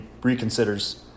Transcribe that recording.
reconsiders